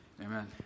Amen